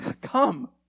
come